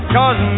Cause